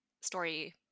story